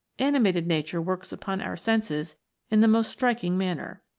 animated nature works upon our senses in the most striking manner.